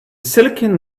silicon